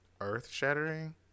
earth-shattering